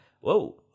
Whoa